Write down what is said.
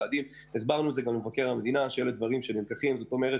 הסברנו גם למבקר שאלו דברים שנלקחים בחשבון,